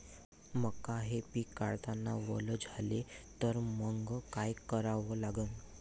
मका हे पिक काढतांना वल झाले तर मंग काय करावं लागन?